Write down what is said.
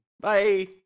Bye